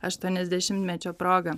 aštuoniasdešimtmečio proga